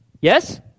Yes